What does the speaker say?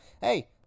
hey